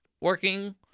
working